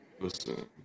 Listen